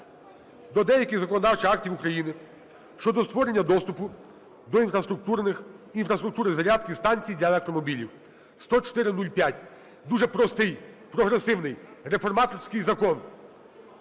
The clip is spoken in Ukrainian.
до деяких законодавчих актів України щодо створення доступу до інфраструктури зарядних станцій для електромобілів (10405). Дуже простий, прогресивний, реформаторський закон.